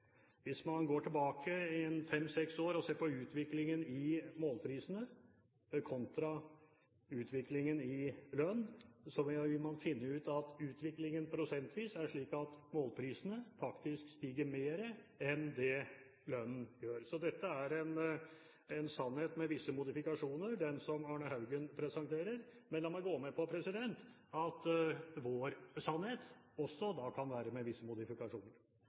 Hvis man går tilbake fem–seks år og ser på utviklingen i målprisene kontra utviklingen i lønn, vil man finne ut at utviklingen prosentvis er slik at målprisene faktisk stiger mer enn det lønnen gjør. Så det som Arne L. Haugen presenterer, er en sannhet med visse modifikasjoner. Men la meg gå med på at vår merknad også kan være en sannhet med visse modifikasjoner.